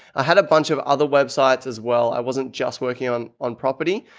i had a bunch of other websites as well. i wasn't just working on, on property.